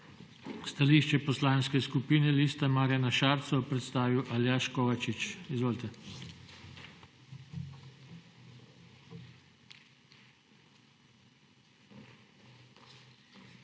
Stališče Poslanske skupine Liste Marjana Šarca bo predstavil Aljaž Kovačič. Izvolite.